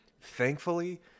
Thankfully